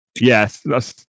Yes